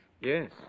Yes